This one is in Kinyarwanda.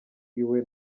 iwe